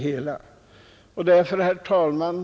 Herr talman!